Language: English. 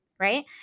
right